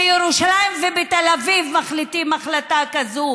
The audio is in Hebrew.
בירושלים ובתל אביב מחליטים החלטה כזו